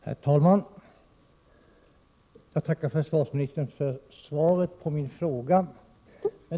Herr talman! Jag tackar försvarsministern för svaret på min fråga.